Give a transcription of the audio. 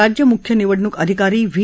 राज्य मुख्य निवडणूक अधिकारी व्ही